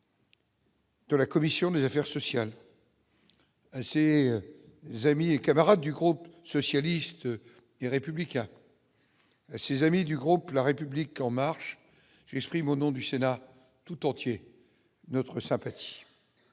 De la commission des affaires sociales assez vous, amis et camarades du groupe socialiste et républicain. Ses amis du groupe, la République en marche, j'exprime au nom du Sénat tout entier notre sympathie